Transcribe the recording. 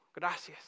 Gracias